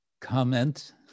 comment